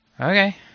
Okay